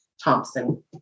thompson